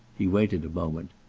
he waited a moment.